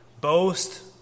boast